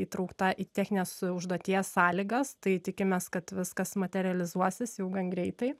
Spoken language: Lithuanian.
įtraukta į techninės užduoties sąlygas tai tikimės kad viskas materializuosis jau gan greitai